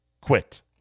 quit